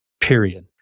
period